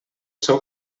seu